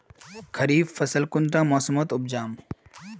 खरीफ फसल कुंडा मोसमोत उपजाम?